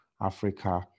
Africa